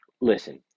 Listen